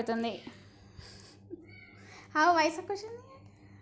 మక్కా కి ఏ రోగం వస్తే కింద పడుతుంది?